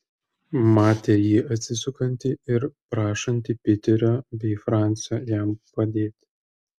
matė jį atsisukantį ir prašantį piterio bei francio jam padėti